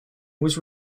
was